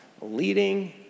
leading